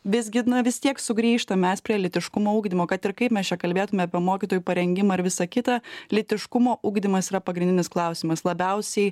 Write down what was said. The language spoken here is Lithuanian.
visgi na vis tiek sugrįžtam mes prie lytiškumo ugdymo kad ir kaip mes čia kalbėtume apie mokytojų parengimą ir visa kita lytiškumo ugdymas yra pagrindinis klausimas labiausiai